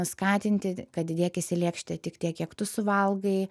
skatinti kad dėkis į lėkštę tik tiek kiek tu suvalgai